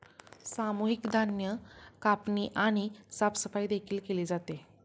सामूहिक धान्य कापणी आणि साफसफाई देखील केली जाते